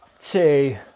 two